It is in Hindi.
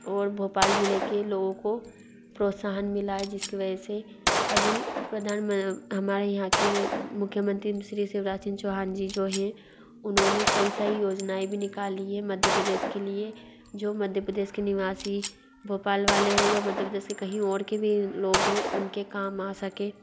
और भोपाल ज़िले के लोगों को प्रोत्साहन मिला है जिसकी वजह से अभी प्रधान हमारे यहाँ के मुख्यमंत्री श्री शिवराज सिंग चौहान जी जो हैं उन्होंने कई सारी योजनाऍं भी निकाली हैं मध्य प्रदेश के लिए जो मध्य प्रदेश के निवासी भोपाल वाले हों या मध्य प्रदेश के कहीं और के भी लोग हों उनके काम आ सके